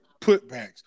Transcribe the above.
putbacks